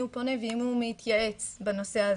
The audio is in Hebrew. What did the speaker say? הוא פונה ועם מי הוא מתייעץ בנושא הזה,